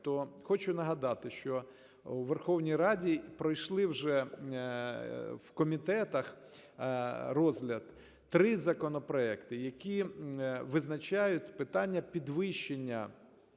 то хочу нагадати, що у Верховній Раді пройшли вже в комітетах розгляд три законопроекти, які визначають питання підвищення